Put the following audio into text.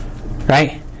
Right